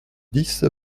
dix